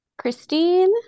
Christine